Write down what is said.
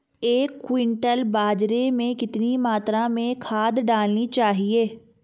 एक क्विंटल बाजरे में कितनी मात्रा में खाद डालनी चाहिए?